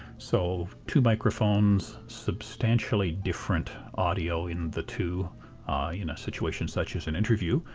so two microphones, substantially different audio in the two in a situation such as an interview,